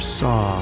saw